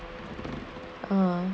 en